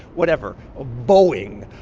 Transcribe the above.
whatever boeing,